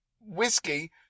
Whiskey